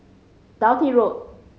Dundee Road